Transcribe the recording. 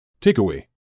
Takeaway